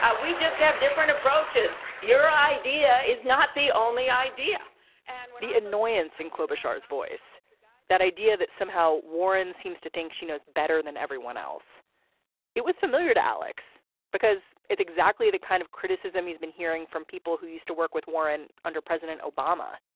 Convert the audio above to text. ah we just have different approaches your idea is not the only idea and the annoyance include shah's voice that idea that somehow warren seems to think she knows better than everyone else it was familiar to alex because it's exactly the kind of criticism he's been hearing from people who used to work with warren under president obama.